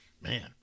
Man